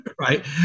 right